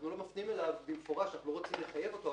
אנחנו לא מפנים אליו במפורש כי אנחנו לא רוצים לחייב אותו,